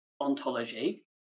ontology